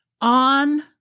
on